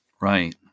Right